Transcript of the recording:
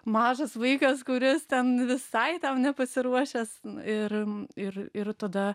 mažas vaikas kuris ten visai tam nepasiruošęs ir ir ir tada